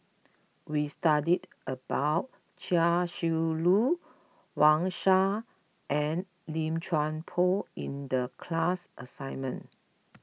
we studied about Chia Shi Lu Wang Sha and Lim Chuan Poh in the class assignment